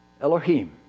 Elohim